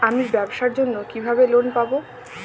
আমি ব্যবসার জন্য কিভাবে লোন পাব?